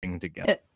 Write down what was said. together